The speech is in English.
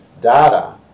data